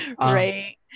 right